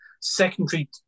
secondary